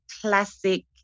classic